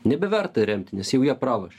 nebeverta remti nes jau jie pralošė